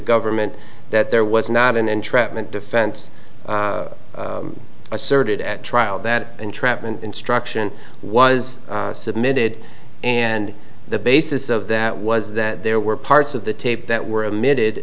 government that there was not an entrapment defense asserted at trial that entrapment instruction was submitted and the basis of that was that there were parts of the tape that were omitted